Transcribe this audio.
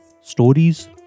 Stories